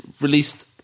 released